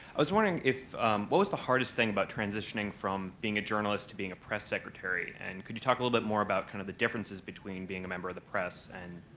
i was wondering, what was the hardest thing about transitioning from being a journalist to being a press secretary and could you talk a little more about kind of the differences between being a member of the press and,